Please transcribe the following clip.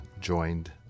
joined